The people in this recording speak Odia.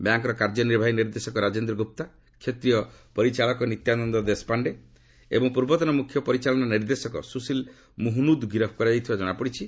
ବ୍ୟାଙ୍କ୍ର କାର୍ଯ୍ୟ ନିର୍ବାହୀ ନିର୍ଦ୍ଦେଶକ ରାଜେନ୍ଦ୍ର ଗୁପ୍ତା କ୍ଷେତ୍ରିୟ ପରିଚାଳକ ନିତ୍ୟାନନ୍ଦ ଦେଶପାଣ୍ଡେ ଏବଂ ପୂର୍ବତନ ମୁଖ୍ୟ ପରିଚାଳନା ନିର୍ଦ୍ଦେଶକ ସୁଶିଲ ମୁହୁନୁଦଙ୍କୁ ଗିରଫ୍ କରାଯାଇଥିବା ଜଣାପଡ଼ିଛି